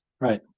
Right